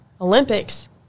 Olympics